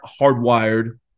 hardwired